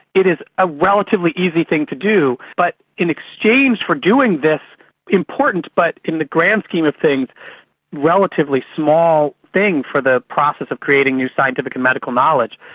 it is a relatively easy thing to do. but in exchange for doing this important but in the grand scheme of things relatively small thing for the process of creating new scientific and medical knowledge,